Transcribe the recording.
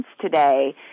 today